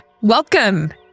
welcome